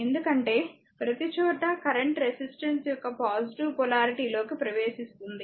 ఎందుకంటే ప్రతిచోటా current resistance యొక్క పాజిటివ్ పొలారిటీ లోకి ప్రవేశిస్తుంది